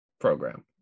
program